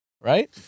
Right